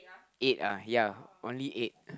eight ah ya only eight